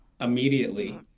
immediately